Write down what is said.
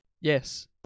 Yes